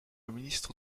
ministre